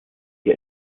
die